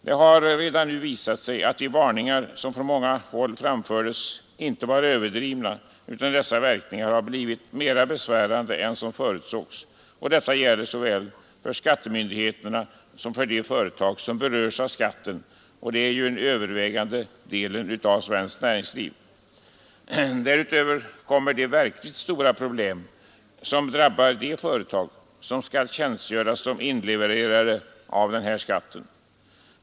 Det har redan nu visat sig att de varningar som från många håll framfördes inte var överdrivna, utan verkningarna har blivit mer besvärande än som förutsågs, och detta gäller såväl för skattemyndigheterna som för de företag som berörs av skatten, och det är den övervägande delen av svenskt näringsliv. Därtill kommer de verkligt stora problem som drabbar de företag som skall tjänstgöra som inlevererare av denna skatt.